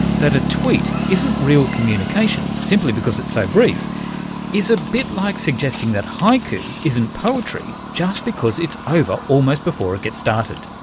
that a tweet isn't real communication simply because it's so brief is a bit like suggesting that haiku isn't poetry just because it's over almost before it gets started.